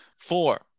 four